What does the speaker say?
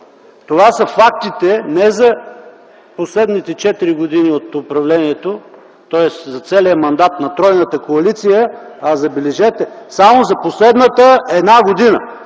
това са фактите не за последните четири години от управлението, тоест за целия мандат на тройната коалиция, а, забележете, само за последната една година!